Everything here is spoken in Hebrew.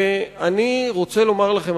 ואני רוצה לומר לכם,